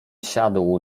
siadł